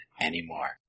anymore